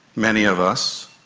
many of us,